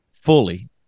fully